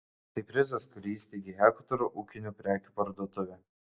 tai prizas kurį įsteigė hektoro ūkinių prekių parduotuvė